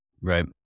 Right